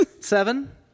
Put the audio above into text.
seven